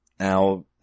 Now